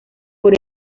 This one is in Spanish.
por